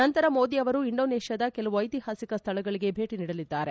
ನಂತರ ಮೋದಿ ಅವರು ಇಂಡೋನೇಷ್ಟಾದ ಕೆಲವು ಐತಿಹಾಸಿಕ ಸ್ವಳಗಳಗೆ ಭೇಟಿ ನೀಡಲಿದ್ದಾರೆ